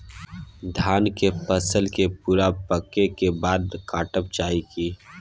धान के फसल के पूरा पकै के बाद काटब चाही की?